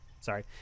Sorry